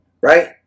right